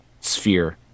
Sphere